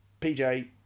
PJ